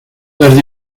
las